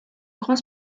grand